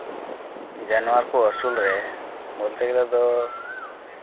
ᱡᱟᱱᱣᱟᱨ ᱠᱚ ᱟᱹᱥᱩᱞᱨᱮ ᱵᱚᱞᱛᱮ ᱜᱮᱞᱮ ᱫᱚ